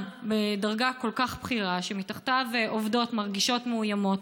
בדרגה כל כך בכירה שמתחתיו עובדות מרגישות מאוימות,